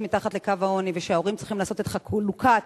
מתחת לקו העוני ושההורים צריכים לעשות את חלוקת